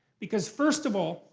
because, first of all,